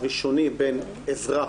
הראשוני בין אזרח,